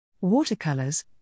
Watercolors